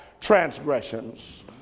transgressions